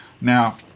Now